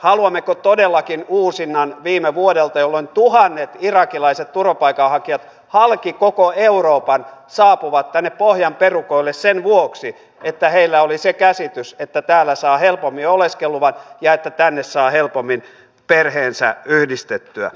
haluammeko todellakin uusinnan viime vuodelta jolloin tuhannet irakilaiset turvapaikanhakijat halki koko euroopan saapuivat tänne pohjan perukoille sen vuoksi että heillä oli se käsitys että täällä saa helpommin oleskeluluvan ja että tänne saa helpommin perheensä yhdistettyä